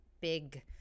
big